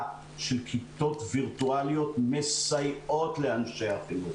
של כיתות וירטואליות מסייעות לאנשי החינוך.